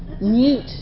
mute